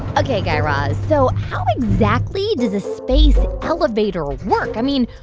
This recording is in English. ok, guy raz. so how exactly does a space elevator work? i mean,